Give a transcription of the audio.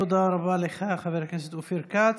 תודה רבה לך, חבר הכנסת אופיר כץ.